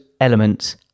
elements